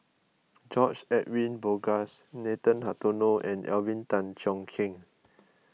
George Edwin Bogaars Nathan Hartono and Alvin Tan Cheong Kheng